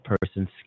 person's